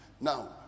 Now